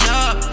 up